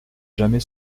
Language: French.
jamais